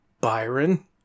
Byron